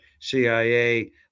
CIA